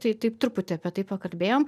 tai taip truputį apie tai pakalbėjom